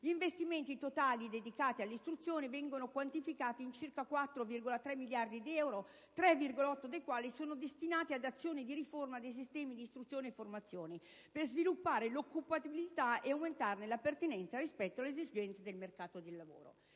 Gli investimenti totali dedicati all'istruzione vengono quantificati in circa 4,3 miliardi di euro, 3,8 dei quali sono destinati «ad azioni di riforma dei sistemi di istruzione e formazione, per sviluppare l'occupabilità e aumentarne la pertinenza rispetto alle esigenze del mercato del lavoro».